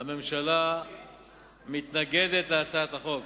הממשלה מתנגדת להצעת החוק.